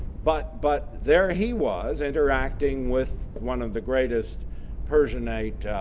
but but there he was interacting with one of the greatest persianate